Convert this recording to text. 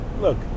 Look